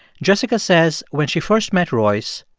jessica says when she first met royce,